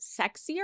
sexier